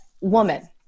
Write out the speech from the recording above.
woman